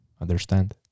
Understand